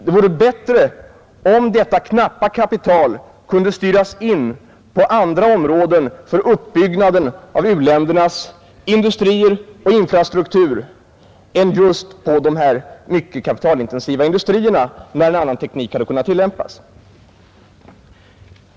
Det vore bättre om detta knappa kapital kunde styras in på andra områden — för uppbyggnaden av u-ländernas industrier och infrastruktur — än till just dessa mycket kapitalintensiva industrier, där en annan teknik hade kunnat tillämpas.